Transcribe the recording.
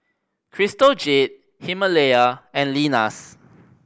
Crystal Jade Himalaya and Lenas